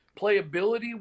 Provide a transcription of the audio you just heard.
playability